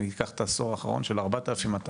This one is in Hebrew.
אם אני לוקח את העשור האחרון, של 4,200 איש.